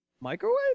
Microwave